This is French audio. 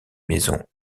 maisons